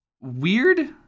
weird